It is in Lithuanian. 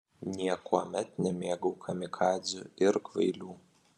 niekuomet nemėgau kamikadzių ir kvailių